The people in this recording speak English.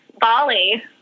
Bali